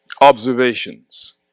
observations